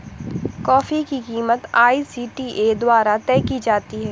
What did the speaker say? coffee की कीमत ICTA द्वारा तय की जाती है